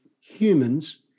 humans